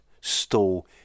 stall